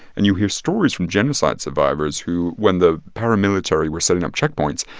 and you hear stories from genocide survivors who when the paramilitary were setting up checkpoints,